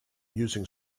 using